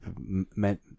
meant